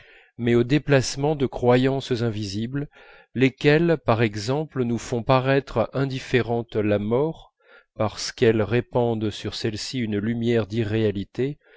mais au déplacement de croyances invisibles lesquelles par exemple nous font paraître indifférente la mort parce qu'elles répandent sur celle-ci une lumière d'irréalité